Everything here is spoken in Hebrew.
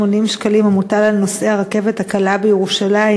שקלים המוטל על נוסעי הרכבת הקלה בירושלים,